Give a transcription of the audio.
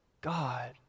God